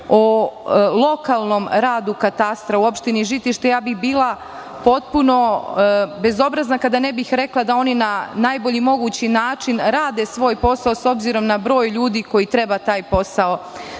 o lokalnom radu katastra u opštini Žitište, bila bih potpuno bezobrazna kada ne bih rekla da oni na najbolji mogući način rade svoj posao, s obzirom na broj ljudi koji treba taj posao